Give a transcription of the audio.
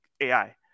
AI